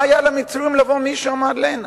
מה היה למצרים לבוא משם עד להנה?